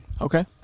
Okay